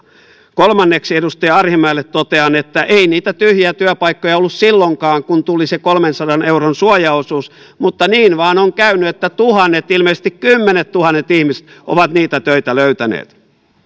kolmanneksi edustaja arhinmäelle totean että ei niitä tyhjiä työpaikkoja ollut silloinkaan kun tuli se kolmensadan euron suojaosuus mutta niin vain on käynyt että tuhannet ilmeisesti kymmenettuhannet ihmiset ovat niitä töitä löytäneet